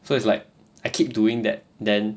so it's like I keep doing that then